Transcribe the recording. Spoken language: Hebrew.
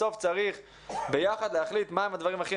בסוף צריך ביחד להחליט מה הם הדברים הכי